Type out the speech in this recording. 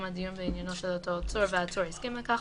הדיון בעניינו של אותו עצור והעצור הסכים לכך,